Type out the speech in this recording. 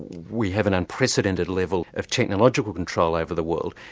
we have an unprecedented level of technological control over the world.